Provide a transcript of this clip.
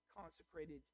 consecrated